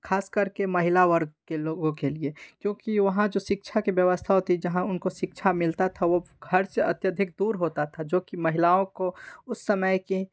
ख़ास करके महिला वर्ग के लोगों के लिए क्योंकि वहाँ जो शिक्षा की व्यवस्था होती जहाँ उनको शिक्षा मिलता था वह घर से अत्यधिक दूर होता था जो की महिलाओं को उस समय के